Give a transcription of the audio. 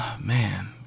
man